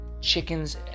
Chickens